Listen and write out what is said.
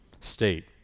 state